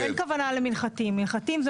רגע, רק להסביר לגבי שדות תעופה.